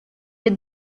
est